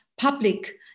public